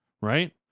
right